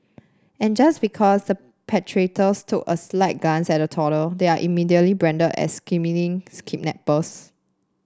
and just because the perpetrators took a slight glance at a toddler they are immediately branded as scheming kidnappers